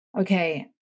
okay